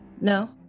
No